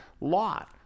Lot